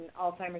Alzheimer's